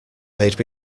made